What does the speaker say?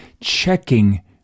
checking